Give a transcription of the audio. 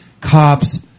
cop's